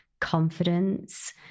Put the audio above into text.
confidence